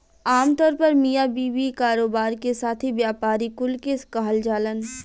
आमतौर पर मिया बीवी, कारोबार के साथी, व्यापारी कुल के कहल जालन